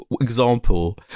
example